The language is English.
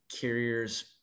carriers